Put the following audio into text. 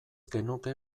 genuke